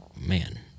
Man